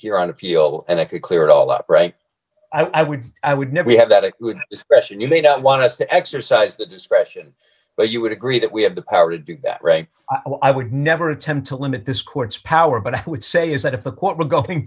here on appeal and i could clear it all up right i would i would never have that it would discretion you may not want us to exercise the discretion but you would agree that we have the power to do that right i would never attempt to limit this court's power but i would say is that if a court were going